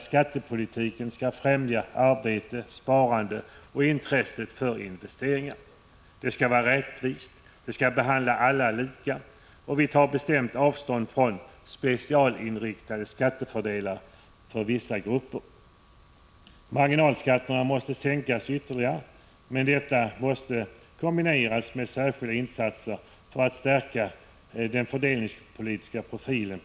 Skattepolitiken skall främja arbete, sparande och intresset för investeringar. Skattesystemet skall vara rättvist, behandla alla lika. Vi tar bestämt avstånd från specialinriktade skattefördelar för vissa grupper. Marginalskatterna måste sänkas ytterligare, men detta måste kombineras med särskilda insatser för att stärka skattepolitikens fördelningspolitiska profil.